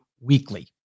weekly